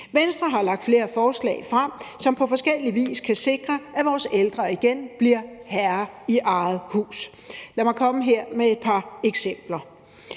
Venstre har lagt flere forslag frem, som på forskellig vis kan sikre, at vores ældre igen bliver herre i eget hus. Lad mig her komme med et par eksempler.